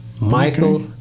Michael